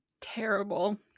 terrible